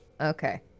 Okay